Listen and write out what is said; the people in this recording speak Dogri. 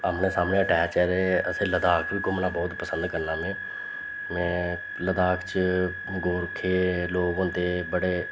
आमनै सामनै अटैच ऐ ते ओह् असें लद्दाख घूमना बोह्त पसंद करना में में लद्दाख च गोरखे लोक होंदे बड़े